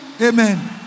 Amen